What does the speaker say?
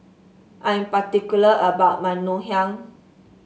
I am particular about my Ngoh Hiang